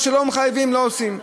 מה שלא מחייבים, לא עושים.